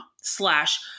slash